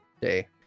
day